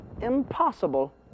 impossible